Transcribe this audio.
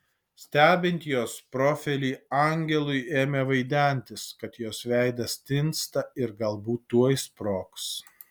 stebint jos profilį angelui ėmė vaidentis kad jos veidas tinsta ir galbūt tuoj sprogs